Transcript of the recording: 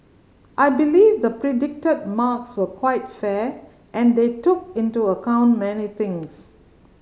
I believe the predicted marks were quite fair and they took into account many things